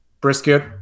brisket